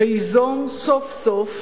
וייזום סוף-סוף